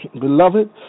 beloved